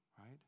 right